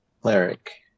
cleric